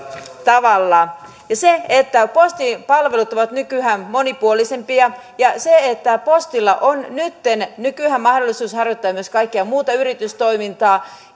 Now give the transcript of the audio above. tavalla postipalvelut ovat nykyään monipuolisempia ja postilla on nykyään mahdollisuus harjoittaa myös kaikkea muuta yritystoimintaa